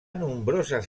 nombroses